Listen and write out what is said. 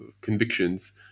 convictions